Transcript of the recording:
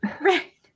Right